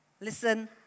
listen